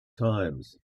times